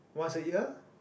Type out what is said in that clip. once a year